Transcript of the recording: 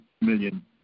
million